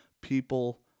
people